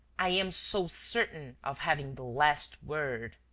i am so certain of having the last word!